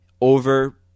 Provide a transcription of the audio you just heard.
over